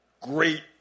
great